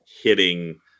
hitting